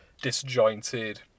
disjointed